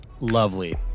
lovely